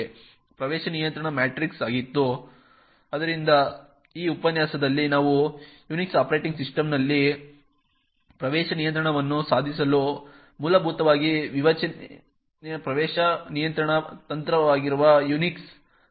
ಪ್ರವೇಶ ನಿಯಂತ್ರಣ ಮ್ಯಾಟ್ರಿಕ್ಸ್ ಆಗಿತ್ತು ಆದ್ದರಿಂದ ಈ ಉಪನ್ಯಾಸದಲ್ಲಿ ನಾವು ಯುನಿಕ್ಸ್ ಆಪರೇಟಿಂಗ್ ಸಿಸ್ಟಮ್ನಲ್ಲಿ ಪ್ರವೇಶ ನಿಯಂತ್ರಣವನ್ನು ಸಾಧಿಸಲು ಮೂಲಭೂತವಾಗಿ ವಿವೇಚನೆಯ ಪ್ರವೇಶ ನಿಯಂತ್ರಣ ತಂತ್ರವಾಗಿರುವ ಯುನಿಕ್ಸ್ ಭದ್ರತಾ ಕಾರ್ಯವಿಧಾನಗಳನ್ನು ನೋಡುತ್ತೇವೆ